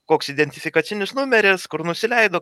koks identifikacinis numeris kur nusileido